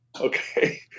okay